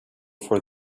for